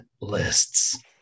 lists